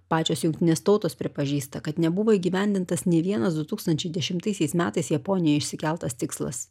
pačios jungtinės tautos pripažįsta kad nebuvo įgyvendintas nė vienas du tūkstančiai dešimtaisiais metais japonijoj išsikeltas tikslas